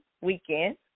weekend